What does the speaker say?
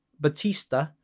Batista